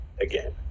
again